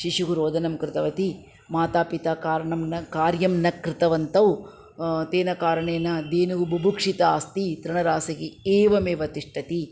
शिशुः रोदनं कृतवती मातापिता कारणं न कार्यं न कृतवन्तौ तेन कारणेन धेनुः बुभुक्षिता अस्ति तृणराशिः एवमेव तिष्ठति